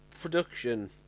production